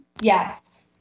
Yes